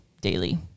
daily